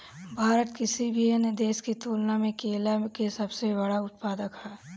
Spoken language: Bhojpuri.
भारत किसी भी अन्य देश की तुलना में केला के सबसे बड़ा उत्पादक ह